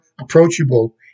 approachable